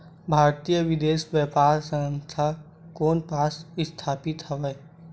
भारतीय विदेश व्यापार संस्था कोन पास स्थापित हवएं?